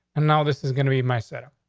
and now this is gonna be my set up.